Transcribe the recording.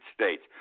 States